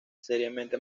seriamente